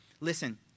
Listen